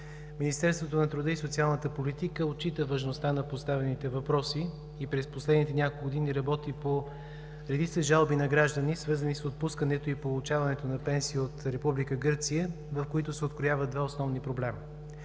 Министерството на труда и социалната политика отчита важността на поставените въпроси и през последните няколко години работи по редица жалби на граждани, свързани с отпускането и получаването на пенсии от Република Гърция, в които се открояват два основни проблема.